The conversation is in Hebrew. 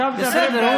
בסדר.